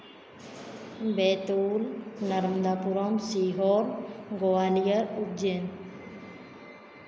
Betul Narmadapuram Sehore Gwalior Ujjain